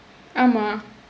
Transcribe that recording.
ஆமாம்:aamaam